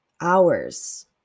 Hours